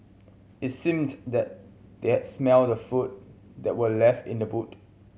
it seemed that they had smelt the food that were left in the boot